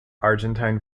argentine